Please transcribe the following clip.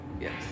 Yes